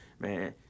man